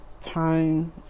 Time